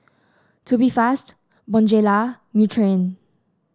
Tubifast Bonjela Nutren